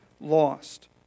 lost